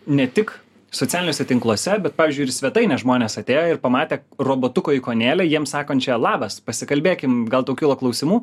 ne tik socialiniuose tinkluose bet pavyzdžiui ir į svetaines žmonės atėjo ir pamatė robotuko ikonėlę jiems sakon čia labas pasikalbėkim gal tau kilo klausimų